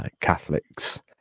Catholics